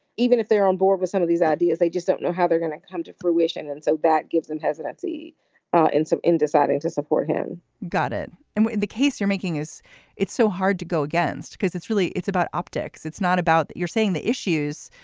even if they're on board with some of these ideas, they just don't know how they're going to come to fruition and so that gives them hesitancy in some in deciding to support him got it. and in the case you're making, is it so hard to go against? because it's really it's about optics. it's not about that. you're saying the issues.